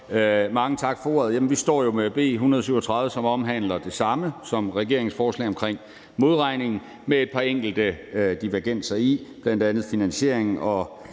de andre ordførere. Vi står med B 137, som omhandler det samme som regeringens forslag om modregning, med et par enkelte divergenser i, bl.a. finansieringen og